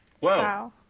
Wow